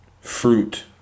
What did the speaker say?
Fruit